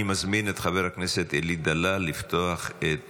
אני מזמין את חבר הכנסת אלי דלל לפתוח את